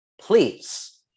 Please